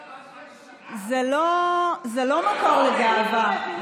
זה לא מקור לגאווה,